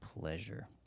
Pleasure